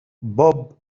بوب